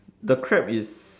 the crab is